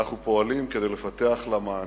אנחנו פועלים כדי לפתח לה מענה,